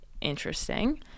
interesting